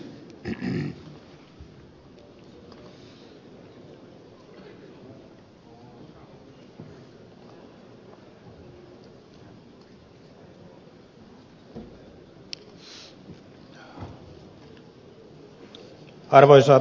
arvoisa herra puhemies